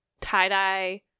tie-dye